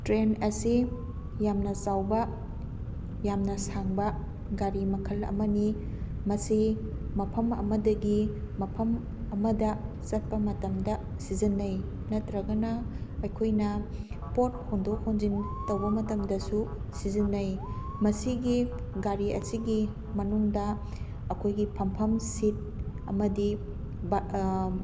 train ꯑꯁꯤ ꯌꯥꯝꯅ ꯆꯥꯎꯕ ꯌꯥꯝꯅ ꯁꯥꯡꯕ ꯒꯥꯔꯤ ꯃꯈꯜ ꯑꯃꯅꯤ ꯃꯁꯤ ꯃꯐꯝ ꯑꯃꯗꯒꯤ ꯃꯐꯝ ꯑꯃꯗ ꯆꯠꯄ ꯃꯇꯝꯗ ꯁꯤꯖꯟꯅꯩ ꯅꯠꯇ꯭ꯔꯒꯅ ꯑꯩꯈꯣꯏꯅ ꯄꯣꯠ ꯍꯣꯟꯗꯣꯛ ꯍꯣꯟꯖꯤꯟ ꯇꯧꯕ ꯃꯇꯝꯗꯁꯨ ꯁꯤꯖꯤꯟꯅꯩ ꯃꯁꯤꯒꯤ ꯒꯥꯔꯤ ꯑꯁꯤꯒꯤ ꯃꯅꯨꯡꯗ ꯑꯩꯈꯣꯏꯒꯤ ꯐꯝꯐꯝ ꯁꯤꯠ ꯑꯃꯗꯤ